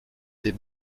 des